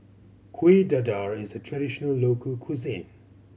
Kuih Dadar is a traditional local cuisine